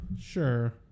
Sure